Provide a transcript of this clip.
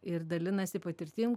ir dalinasi patirtim